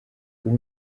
ubu